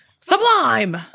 Sublime